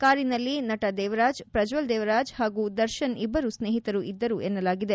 ಕಾರಿನಲ್ಲಿ ನಟ ದೇವರಾಜ್ ಪ್ರಜ್ವಲ್ ದೇವರಾಜ್ ಹಾಗೂ ದರ್ಶನ್ ಇಬ್ಬರು ಸ್ನೇಹಿತರು ಇದ್ದರು ಎನ್ನಲಾಗಿದೆ